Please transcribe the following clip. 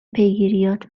پیگیریات